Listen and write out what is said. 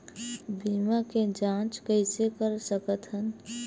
बीमा के जांच कइसे कर सकत हन?